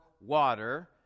water